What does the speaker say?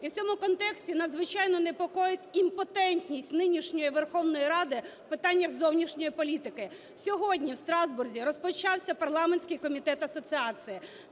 І в цьому контексті надзвичайно непокоїть імпотентність нинішньої Верховної Ради в питаннях зовнішньої політики. Сьогодні в Страсбурзі розпочався Парламентський комітет асоціації.